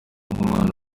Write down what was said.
nk’umwana